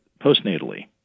postnatally